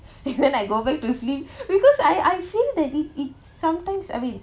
and then I go back to sleep because I I feel that it it sometimes I will